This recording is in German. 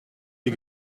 die